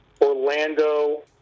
Orlando